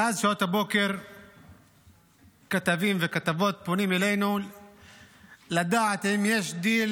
מאז שעות הבוקר כתבים וכתבות פונים אלינו לדעת אם יש דיל